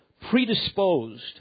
predisposed